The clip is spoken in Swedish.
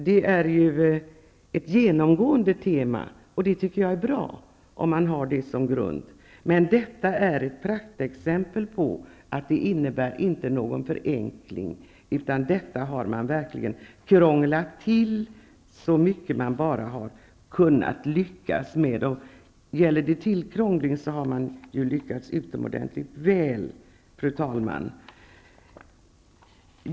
Det är ju ett genomgående tema, och jag tycker att det är bra om man har det som grund. Men detta är ett praktexempel på att förslaget inte innebär någon förenkling; detta har man verkligen krånglat till så mycket man bara har kunnat. Gäller det tillkrångling så har man lyckats utomordentligt väl, fru talman.